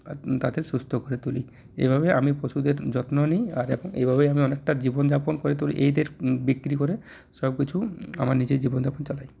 তাকে সুস্থ করে তুলি এভাবে আমি পশুদের যত্ন নিই আর এভাবেই আমি অনেকটা জীবনযাপন করে তুলি এদের বিক্রি করে সবকিছু আমার নিজের জীবনযাপন চালাই